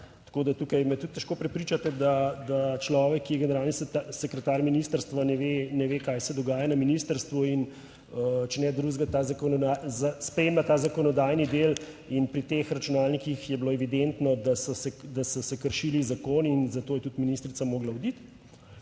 tako da tukaj me tudi težko prepričate, da človek, ki je generalni sekretar ministrstva, ne ve, ne ve, kaj se dogaja na ministrstvu in če ne drugega, ta spremlja ta zakonodajni del in pri teh računalnikih je bilo evidentno, da so se kršili zakoni in zato je tudi ministrica morala oditi.